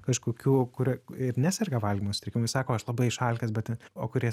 kažkokių kur ir neserga valgymo sutrikimais sako aš labai išalkęs bet o kurie